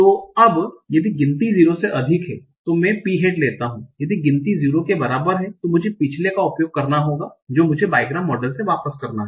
तो अब यदि गिनती 0 से अधिक है तो मैं P Hat लेता हूं यदि गिनती 0 के बराबर है तो मुझे पिछले का उपयोग करना होगा जो मुझे बाईग्राम मॉडल से वापस करना है